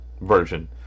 version